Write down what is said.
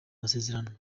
masezerano